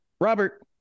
Robert